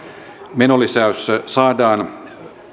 menolisäys saadaan